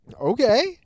okay